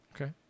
Okay